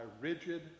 rigid